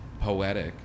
poetic